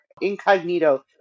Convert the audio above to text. incognito